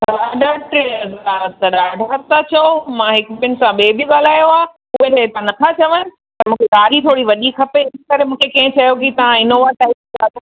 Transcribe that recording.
साढा टे हज़ार त ॾाढा था चयो मां हिकु ॿिनि सां ॿिए बि ॻाल्हायो आहे उहे त हेॾा न था चवनि त मूंखे गाॾी थोरी वॾी खपे इनकरे मूंखे कंहिं चयो तव्हां इनोवा टाइप